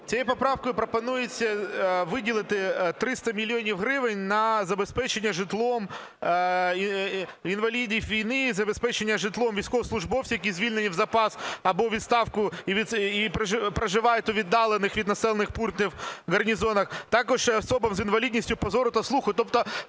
Цією поправкою пропонується виділити 300 мільйонів гривень на забезпечення житлом інвалідів війни і забезпечення житлом військовослужбовців, які звільнені в запас або у відставку і проживають у віддалених від населених пунктів гарнізонах. Також особам з інвалідністю по зору та слуху,